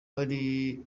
ari